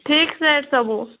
fixed rate ସବୁ